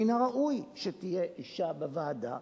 שמן הראוי שתהיה אשה בוועדה,